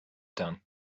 done